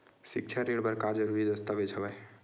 सिक्छा ऋण बर जरूरी दस्तावेज का हवय?